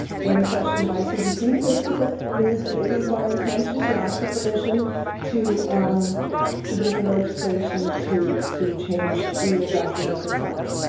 when questioned by cbc news, it is my intention to ask for permission to to bring in legislation to to change the adoption records act.